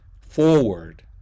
forward